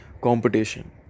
Competition